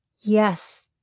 Yes